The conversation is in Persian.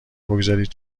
بگذارید